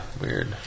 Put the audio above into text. Weird